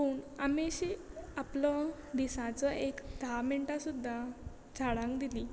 पूण आमी शी आपलो दिसाचो एक धा मिणटां सुद्दां झाडांक दिली